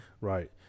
Right